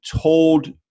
told